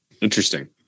Interesting